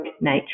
nature